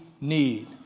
need